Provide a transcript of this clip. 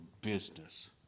business